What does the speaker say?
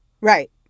Right